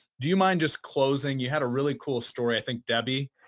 do you mind just closing? you had a really cool story. i think debbie,